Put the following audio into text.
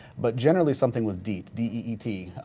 but generally something with deet, d e e t,